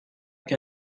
que